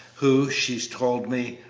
who, she told me,